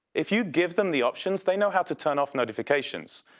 if you give them the options, they know how to turn off notifications.